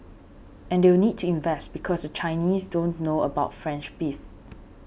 and they'll need to invest because the Chinese don't know about French beef